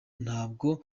ntabwo